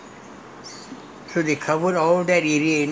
so there's a river there not river lah it is a canal